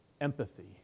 Empathy